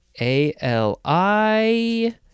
A-L-I